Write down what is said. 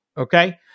Okay